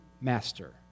master